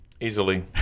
Easily